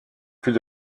plus